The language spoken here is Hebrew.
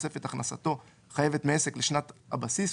בתוספת הכנסתו החייבת מעסק לשנת הבסיס,